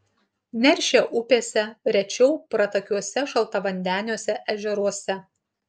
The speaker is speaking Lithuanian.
neršia upėse rečiau pratakiuose šaltavandeniuose ežeruose